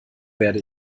werde